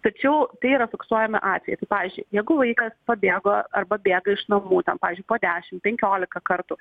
tačiau tai yra fiksuojami atvejai tai pavyzdžiui jeigu vaikas pabėgo arba bėga iš namų ten pavyzdžiui po dešimt penkioliką kartų